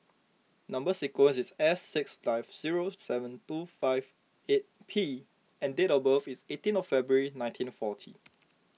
Number Sequence is S six nine zero seven two five eight P and date of birth is eighteen of February nineteen forty